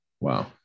Wow